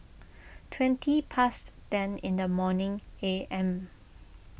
twenty past ten in the morning A M